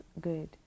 good